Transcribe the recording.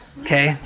okay